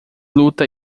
luta